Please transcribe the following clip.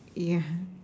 yeah